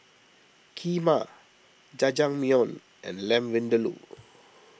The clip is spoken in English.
Kheema Jajangmyeon and Lamb Vindaloo